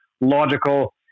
logical